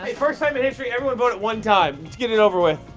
first time in history everyone vote at one time. let's get it over with.